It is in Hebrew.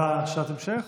את רוצה שאלת המשך?